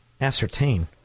ascertain